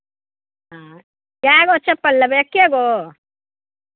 हँ कए गो चप्पल लेबै एक्के गो